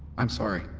i'm sorry